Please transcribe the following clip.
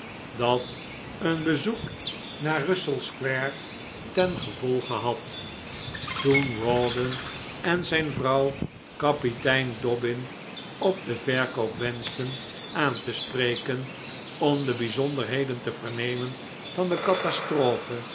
dat een bezoek naar russell square ten gevolge had toen rawdon en zijn vrouw kapitein dobbin op den verkoop wenschten aan te spreken om de bijzonderheden te vernemen van de catastrophe